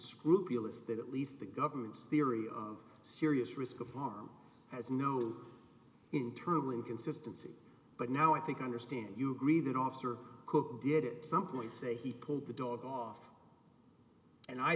scrupulous that at least the government's theory of serious risk of harm has no internal consistency but now i think i understand you agree that officer cook did it some point say he pulled the dog off and i